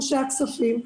אנשי הכספים,